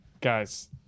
Guys